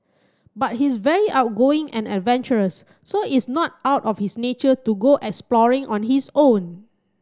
but he's very outgoing and adventurous so it's not out of his nature to go exploring on his own